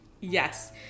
Yes